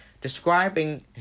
describing